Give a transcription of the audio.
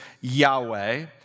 Yahweh